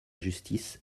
justice